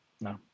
no